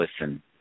listen